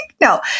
No